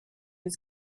his